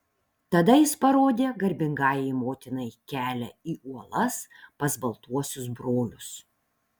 tada jis parodė garbingajai motinai kelią į uolas pas baltuosius brolius